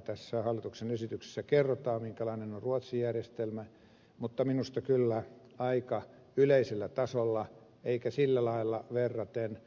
tässä hallituksen esityksessä kerrotaan minkälainen on ruotsin järjestelmä mutta minusta kyllä aika yleisellä tasolla eikä sillä lailla verraten